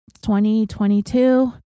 2022